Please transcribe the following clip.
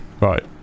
right